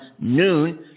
noon